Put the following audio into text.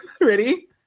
Ready